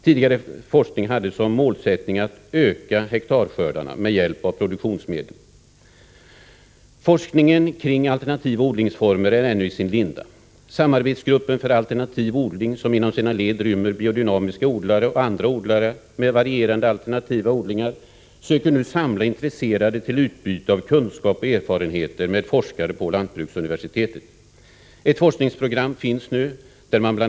Tidigare forskning hade som målsättning att öka hektarskördarna med hjälp av produktionsmedel. Forskningen kring alternativa odlingsformer är ännu i sin linda. Samarbetsgruppen för alternativ odling, som inom sina led rymmer biodynamiska odlare och andra odlare med varierande alternativa odlingar, söker nu samla intresserade till utbyte av kunskap och erfarenheter med forskare på Lantbruksuniversitetet. Ett forskningsprogram finns nu. Bl.